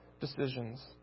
decisions